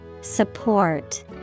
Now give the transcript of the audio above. Support